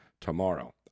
tomorrow